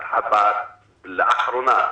לאחרונה,